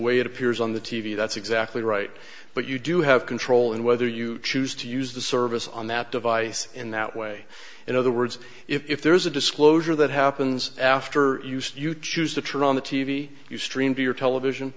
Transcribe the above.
way it appears on the t v that's exactly right but you do have control and whether you choose to use the service on that device in that way in other words if there is a disclosure that happens after you choose to turn on the t v you stream to your television